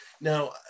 now